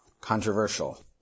Controversial